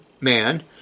man